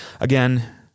Again